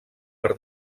per